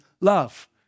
love